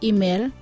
Email